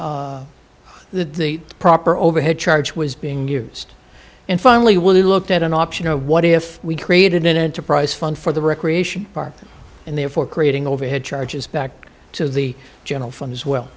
the proper overhead charge was being used and finally we looked at an option what if we created an enterprise fund for the recreation part and therefore creating overhead charges back to the general fund as well